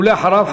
ואחריו,